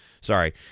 Sorry